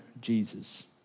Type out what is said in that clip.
Jesus